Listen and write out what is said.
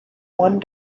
one